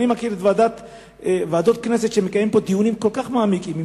אני מכיר ועדות כנסת שמקיימות פה דיונים כל כך מעמיקים,